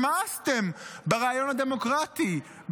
שמאסתם ברעיון הדמוקרטי,